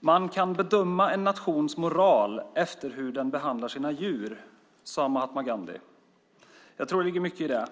Man kan bedöma en nations moral efter hur den behandlar sina djur, sade Mahatma Gandhi. Jag tycker att det ligger mycket i det.